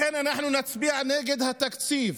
לכן אנחנו נצביע נגד התקציב,